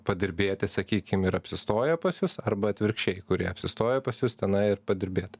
padirbėti sakykim ir apsistoja pas jus arba atvirkščiai kurie apsistoja pas jus tenai ir padirbėt